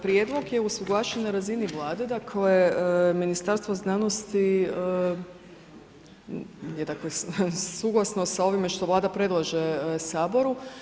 Prijedlog je usuglašen na razini Vlade, dakle Ministarstvo znanosti je dakle suglasno sa ovime što Vlada predlaže Saboru.